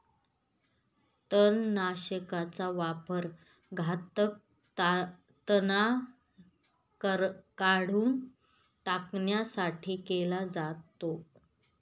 तणनाशकाचा वापर घातक तणांना काढून टाकण्यासाठी केला जातो